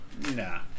Nah